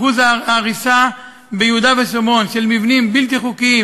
אחוז ההריסה ביהודה ושומרון של מבנים בלתי חוקיים,